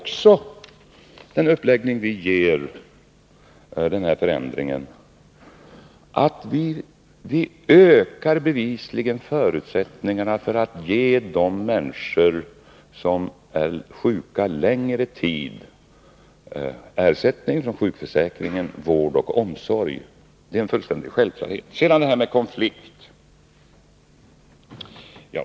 Med den uppläggning vi ger den här förändringen ökar förutsättningarna för att ge de människor som är sjuka längre tid ersättning från sjukförsäkringen, vård och omsorg. Det är en fullständig självklarhet. Sedan det här med konflikt.